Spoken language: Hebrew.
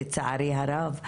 לצערי הרב,